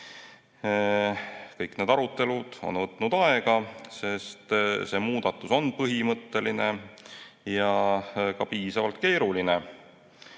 Kõik need arutelud on võtnud aega, sest see muudatus on põhimõtteline ja ka piisavalt keeruline.